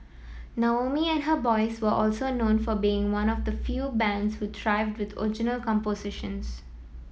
Naomi and her boys were also known for being one of the few bands who thrived with original compositions